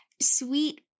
sweet